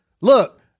Look